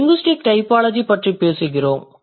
linguistic typology பற்றி பேசுகிறோம்